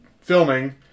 filming